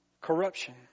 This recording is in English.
corruption